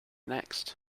next